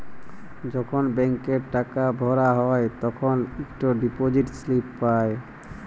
যখল ব্যাংকে টাকা ভরা হ্যায় তখল ইকট ডিপজিট ইস্লিপি পাঁই